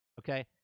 Okay